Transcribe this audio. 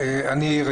בבקשה.